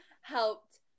helped